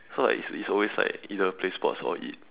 so like it's it's always either play sports or eat